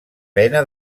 mena